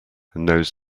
knows